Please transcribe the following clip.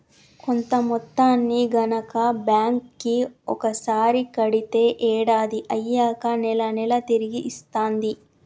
కొంత మొత్తాన్ని గనక బ్యాంక్ కి ఒకసారి కడితే ఏడాది అయ్యాక నెల నెలా తిరిగి ఇస్తాంది